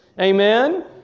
Amen